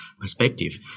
perspective